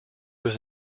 was